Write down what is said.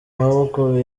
maboko